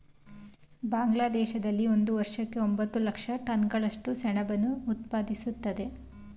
ಬಾಂಗ್ಲಾದೇಶದಲ್ಲಿ ಒಂದು ವರ್ಷಕ್ಕೆ ಎಂಬತ್ತು ಲಕ್ಷ ಟನ್ಗಳಷ್ಟು ಸೆಣಬನ್ನು ಉತ್ಪಾದಿಸ್ತದೆ